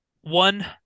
one